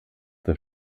für